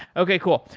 okay. cool.